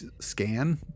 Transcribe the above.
scan